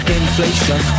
inflation